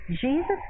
Jesus